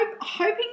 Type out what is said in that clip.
hoping